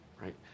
Right